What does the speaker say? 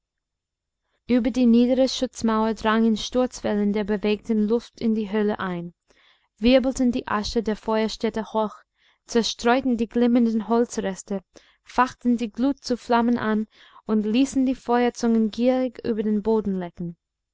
über die niedere schutzmauer drangen sturzwellen der bewegten luft in die höhle ein wirbelten die asche der feuerstätte hoch zerstreuten die glimmenden holzreste fachten die glut zu flammen an und ließen die feuerzungen gierig über den boden lecken